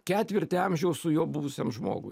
ketvirtį amžiaus su juo buvusiam žmogui